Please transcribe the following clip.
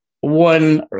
one